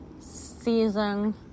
season